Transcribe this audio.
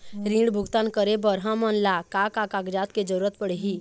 ऋण भुगतान करे बर हमन ला का का कागजात के जरूरत पड़ही?